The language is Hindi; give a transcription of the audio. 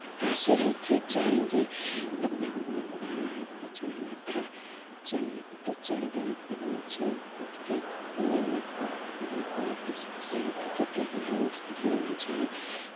ऐसे ही गिर जाएंगे इतना ऊपर पहाड़ पे चढ़ना था चढ़ने के तो चढ़ गए पर नीचे उठ के हमें न बाप रे बाप मैं तो सोच रही थी कि कहीं हम गिर ना जाएं